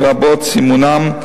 לרבות סימונם,